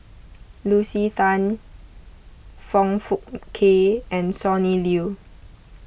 Lucy Than Foong Fook Kay and Sonny Liew